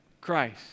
Christ